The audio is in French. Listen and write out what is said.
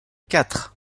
quatre